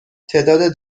تعداد